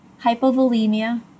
hypovolemia